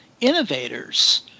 innovators